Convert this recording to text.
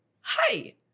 hi